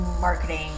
marketing